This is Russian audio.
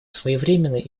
своевременной